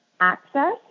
access